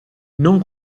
non